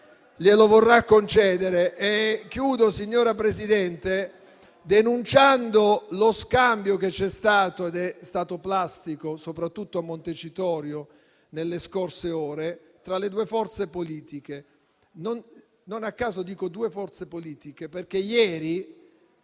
Signora Presidente, concludo denunciando lo scambio che c'è stato - ed è stato plastico soprattutto a Montecitorio nelle scorse ore - tra le due forze politiche. Non a caso dico due forze politiche perché ieri